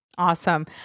Awesome